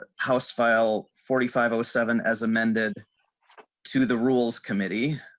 house file forty five seven as amended to the rules committee.